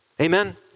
Amen